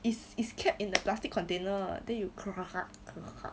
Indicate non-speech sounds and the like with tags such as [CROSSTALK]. is is kept in the plastic container then you [NOISE]